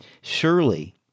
Surely